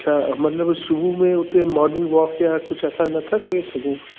छा मतिलब सुबुह में उते मॉर्निंग वॉक या कुझु असां नथा करे सघूं